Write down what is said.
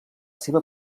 seva